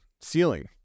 ceiling